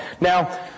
Now